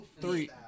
three